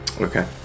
Okay